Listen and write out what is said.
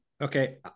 Okay